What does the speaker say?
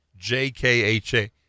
jkha